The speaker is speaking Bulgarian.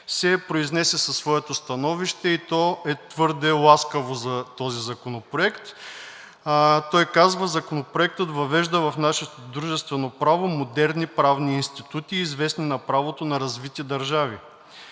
се произнесе със своето становище, и то е твърде ласкаво за този законопроект. Той казва: „Законопроектът въвежда в нашето дружествено право модерни правни институти, известни на правото на развити държави,